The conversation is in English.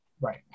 right